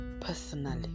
personally